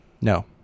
No